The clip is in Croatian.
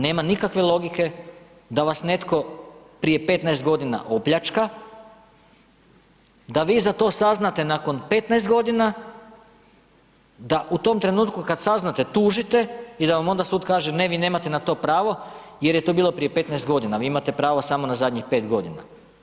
Nema nikakve logike da vas netko prije 15 godina opljačka da vi za to saznate nakon 15 g., da u tom trenutku kad saznate, tužite i da vam onda sud kaže ne, vi nemate na to pravo jer je to bilo prije 15 g., vi imate pravo samo na zadnjih 5 godina.